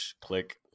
click